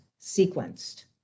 sequenced